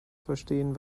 verstehen